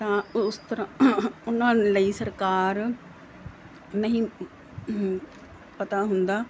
ਤਾਂ ਉਸ ਤਰਾਂ ਉਹਨਾਂ ਲਈ ਸਰਕਾਰ ਨਹੀਂ ਪਤਾ ਹੁੰਦਾ